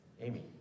Amy